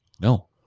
No